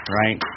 right